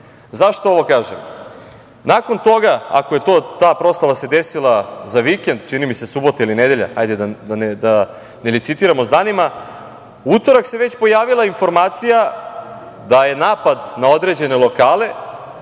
Zašto ovo kažem? Nakon toga, ako se ta proslava desila za vikend, čini mi su subota ili nedelja, hajde da ne licitiramo sa danima, u utorak se već pojavila informacija da je napad na određene lokale